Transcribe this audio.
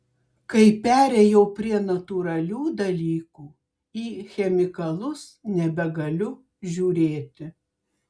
kai perėjau prie natūralių dalykų į chemikalus nebegaliu žiūrėti